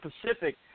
Pacific